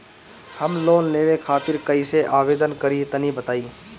हम लोन लेवे खातिर कइसे आवेदन करी तनि बताईं?